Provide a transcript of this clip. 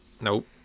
Nope